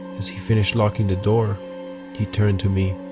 as he finished locking the door he turned to me,